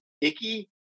icky